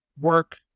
work